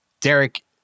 Derek